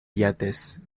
yates